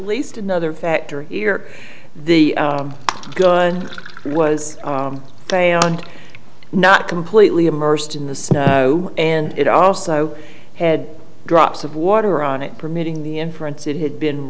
least another factor here the gun was found not completely immersed in the snow and it also had drops of water on it permitting the inference it had been